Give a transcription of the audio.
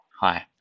Hi